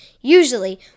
usually